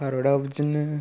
भारताव बिदिनो